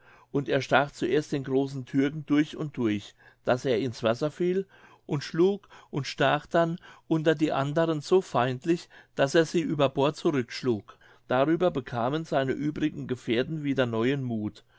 und er stach zuerst den großen türken durch und durch daß er ins wasser fiel und schlug und stach dann unter die andern so feindlich daß er sie über bord zurück schlug darüber bekamen seine übrigen gefährten wieder neuen muth